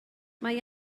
mae